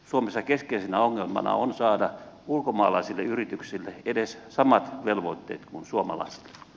suomessa keskeisenä ongelmana on saada ulkomaalaisille yrityksille edes samat velvoitteet kuin suomala